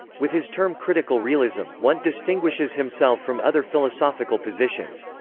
with his term critical realism, wundt distinguishes himself from other philosophical positions.